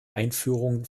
einführung